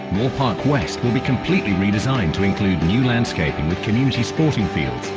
moore park west will be completely redesigned to include new landscaping with community sporting fields,